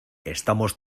estamos